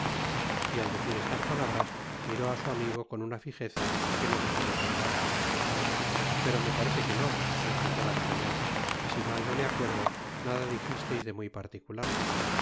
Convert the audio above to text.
y al decir estas palabras miró á su amigo con una fijeza que no dejó de turbarle pero me parece que nó replicó d'artaguan y si mal no me a otferdo nada dijisteis de muy particular